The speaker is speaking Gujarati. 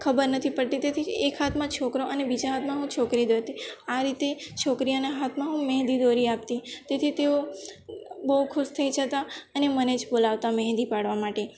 ખબર નથી પડતી તેથી એક હાથમાં છોકરો અને બીજા હાથમાં હું છોકરી દોરતી આ રીતે છોકરીઓના હાથમાં હું મહેંદી દોરી આપતી તેથી તેઓ બહુ ખુશ થઈ જતાં અને મને જ બોલાવતાં મહેંદી પાડવા માટે